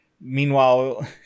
Meanwhile